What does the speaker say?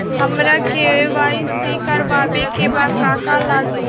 हमरा के.वाइ.सी करबाबे के बा का का लागि?